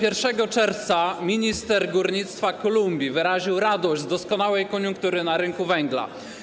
1 czerwca minister górnictwa Kolumbii wyraził radość z doskonałej koniunktury na rynku węgla.